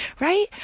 Right